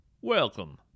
Welcome